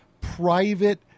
private